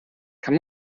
kann